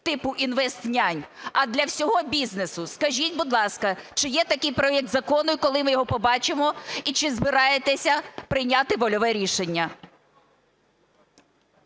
типу "інвестнянь", а для всього бізнесу? Скажіть, будь ласка, чи є такий проект закону, і коли ми його побачимо, і чи збираєтесь прийняти вольове рішення?